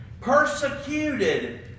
Persecuted